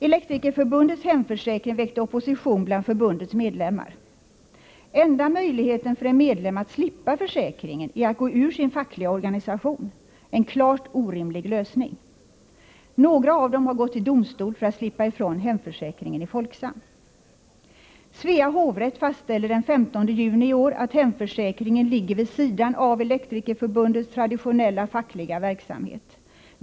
Elektrikerförbundets hemförsäkring väckte opposition bland förbundets medlemmar. Enda möjligheten för en medlem att slippa försäkringen är att gå ur sin fackliga organisation, en klart orimlig lösning. Några av dem har gått till domstol för att slippa ifrån hemförsäkringen i Folksam. Svea hovrätt fastställde den 15 juni i år att hemförsäkringen ligger vid sidan av Elektrikerförbundets traditionella fackliga verksamhet.